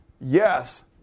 Yes